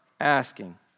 Asking